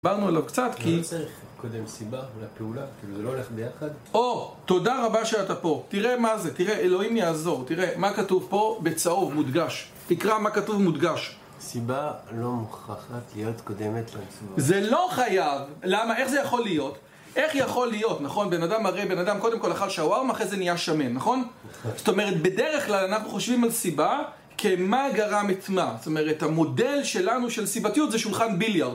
דיברנו עליו קצת כי... לא צריך לקודם סיבה לפעולה זה לא הולך ביחד אור, תודה רבה שאתה פה תראה מה זה, תראה, אלוהים יעזור תראה, מה כתוב פה בצהוב, מודגש תקרא מה כתוב מודגש סיבה לא מוכרחת להיות קודמת לסיבה זה לא חייב, למה? איך זה יכול להיות? איך יכול להיות, נכון? בן אדם הרי, בן אדם קודם כל אכל שאווארמה ואחרי זה נהיה שמן, נכון? זאת אומרת, בדרך כלל אנחנו חושבים על סיבה כמה גרם את מה זאת אומרת, המודל שלנו של סיבתיות זה שולחן ביליארד